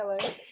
hello